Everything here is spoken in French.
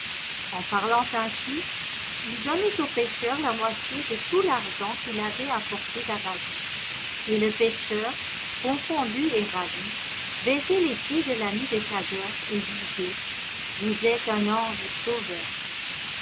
en parlant ainsi il donnait au pêcheur la moitié de tout l'argent qu'il avait apporté d'arabie et le pêcheur confondu et ravi baisait les pieds de l'ami de cador et disait vous êtes un ange sauveur